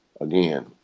again